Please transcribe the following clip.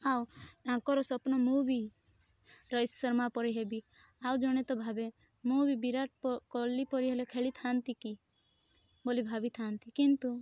ଆଉ ତାଙ୍କର ସ୍ୱପ୍ନ ମୁଁ ବି ରୋହିତ ଶର୍ମା ପରି ହେବି ଆଉ ଜଣେ ତ ଭାବେ ମୁଁ ବି ବିରାଟ କୋହଲି ପରି ହେଲେ ଖେଳିଥାନ୍ତି କି ବୋଲି ଭାବିଥାଆନ୍ତି କିନ୍ତୁ